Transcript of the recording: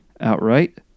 outright